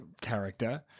character